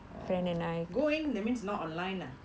going that means not online ah